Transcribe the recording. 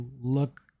look